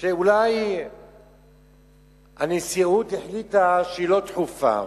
שאולי הנשיאות החליטה שהיא לא דחופה,